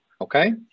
okay